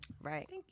right